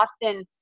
often